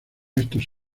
estos